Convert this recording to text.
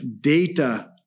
data